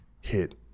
hit